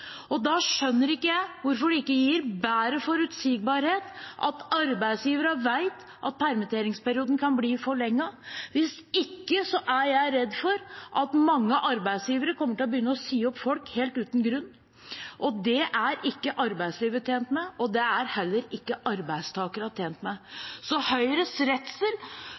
og da skjønner jeg ikke hvorfor de ikke gir bedre forutsigbarhet, slik at arbeidsgiverne vet at permitteringsperioden kan bli forlenget. Hvis ikke er jeg redd for at mange arbeidsgivere kommer til å begynne å si opp folk helt uten grunn. Det er ikke arbeidslivet tjent med, og det er heller ikke arbeidstakerne tjent med. Høyres redsel